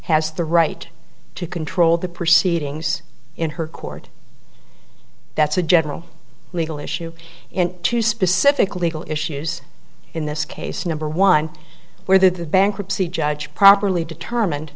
has the right to control the proceedings in her court that's a general legal issue and two specific legal issues in this case number one where the bankruptcy judge properly determined